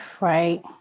right